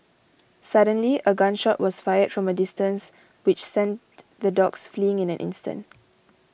suddenly a gun shot was fired from a distance which sent the dogs fleeing in an instant